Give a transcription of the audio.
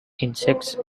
insects